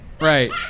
Right